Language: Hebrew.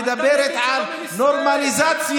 שמדברת על נורמליזציה,